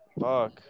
Fuck